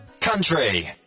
country